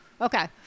Okay